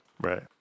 right